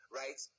right